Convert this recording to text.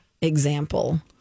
example